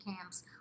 camps